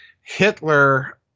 Hitler